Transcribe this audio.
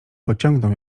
pociągnął